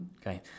Okay